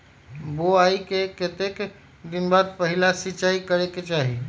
बोआई के कतेक दिन बाद पहिला सिंचाई करे के चाही?